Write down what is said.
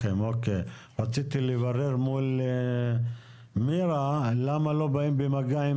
רציתי לברר מול מירה למה לא באים במגע עם